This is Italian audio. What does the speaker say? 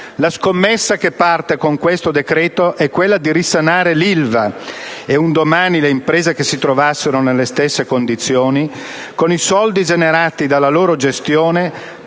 La scommessa che parte con questo decreto-legge è quella di risanare l'Ilva - e un domani le imprese che si trovassero nelle stesse condizioni - con i soldi generati dalla loro gestione